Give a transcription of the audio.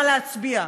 מה להצביע.